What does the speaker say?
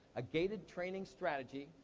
a gated training strategy.